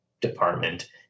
department